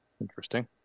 Interesting